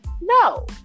No